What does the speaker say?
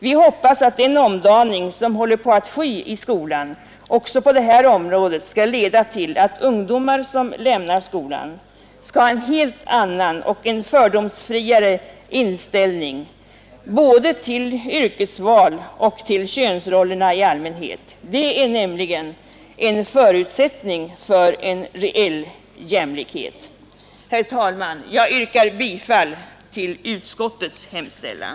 Vi hoppas att den omdaning som håller på att ske i skolan också på det här området skall leda till att ungdomar som lämnar skolan skall ha en helt annan och fördomsfriare inställning både till yrkesval och till könsrollerna i allmänhet. Det är nämligen en förutsättning för en reell jämlikhet. Herr talman! Jag yrkar bifall till utskottets hemställan.